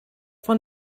von